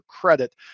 credit